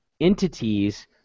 entities